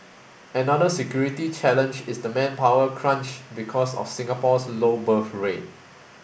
another security challenge is the manpower crunch because of Singapore's low birth rate